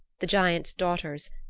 the giant's daughters,